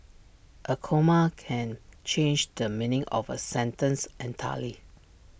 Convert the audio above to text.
A comma can change the meaning of A sentence entirely